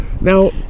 now